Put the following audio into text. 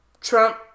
Trump